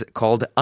called